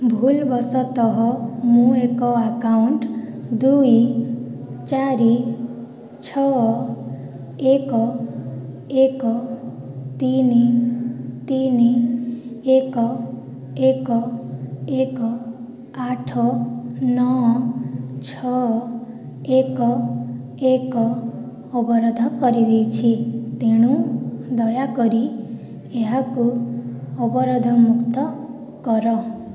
ଭୁଲବଶତଃ ମୁଁ ଏକ ଆକାଉଣ୍ଟ ଦୁଇ ଚାରି ଛଅ ଏକ ଏକ ତିନି ତିନି ଏକ ଏକ ଏକ ଆଠ ନଅ ଛଅ ଏକ ଏକ ଅବରୋଧ କରିଦେଇଛି ତେଣୁ ଦୟାକରି ଏହାକୁ ଅବରୋଧମୁକ୍ତ କର